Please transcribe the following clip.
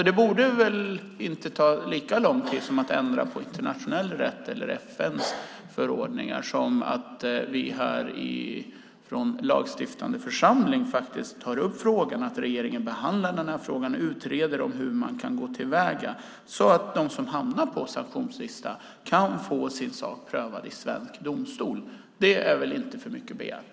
Det borde inte ta lika lång tid som att ändra på internationell rätt eller FN:s förordningar som att vi här från lagstiftande församling faktiskt tar upp frågan så att regeringen behandlar den och utreder hur man kan gå till väga så att de som hamnar på sanktionslistan kan få sin sak prövad i svensk domstol. Det är väl inte för mycket begärt?